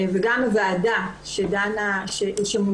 וגם הוועדה שמונתה,